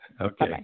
Okay